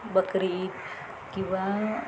बकरी किंवा